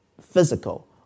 physical